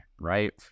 right